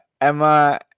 Emma